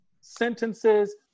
sentences